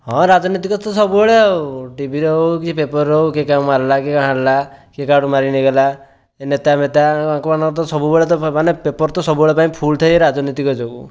ହଁ ରାଜନିତିକ ତ ସବୁବେଳେ ଆଉ ଟିଭିରେ ହେଉ କି ପେପରରେ ହେଉ କିଏ କାହାକୁ ମାରିଲା କିଏ କାହାକୁ ହାଣିଲା କିଏ କାହାଠୁ ମାରି ନେଇଗଲା ନେତା ମେତା ୟାଙ୍କ ମାନଙ୍କର ତ ସବୁବେଳେ ତ ମାନେ ପେପର ତ ସବୁବେଳେ ପାଇଁ ଫୁଲ ଥାଏ ଏଇ ରାଜନିତିକ ଯୋଗୁଁ